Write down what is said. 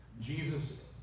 Jesus